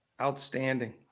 Outstanding